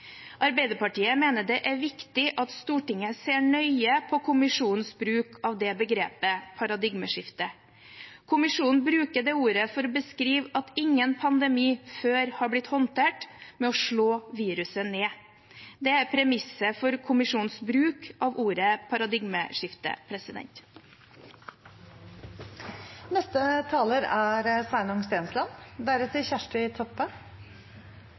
Arbeiderpartiet mener det er viktig at Stortinget ser nøye på kommisjonens bruk av begrepet «paradigmeskifte». Kommisjonen bruker det ordet for å beskrive at ingen pandemi før har blitt håndtert med å slå viruset ned. Det er premisset for kommisjonens bruk av ordet «paradigmeskifte». Det fineste med koronakommisjonens rapport er